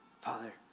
Father